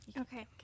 okay